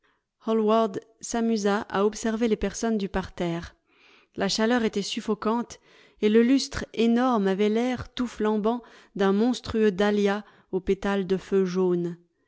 hallward s'amusa à observer les personnes du parterre la chaleur était suffocante et le lustre énorme avait l'air tout flambant d'un monstrueux dahlia aux pétales de feu jaune